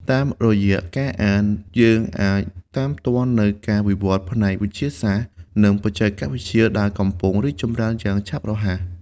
តាមរយៈការអាន យើងអាចតាមទាន់នូវការវិវឌ្ឍន៍ផ្នែក វិទ្យាសាស្ត្រ និងបច្ចេកវិទ្យា ដែលកំពុងរីកចម្រើនយ៉ាងឆាប់រហ័ស។